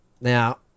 Now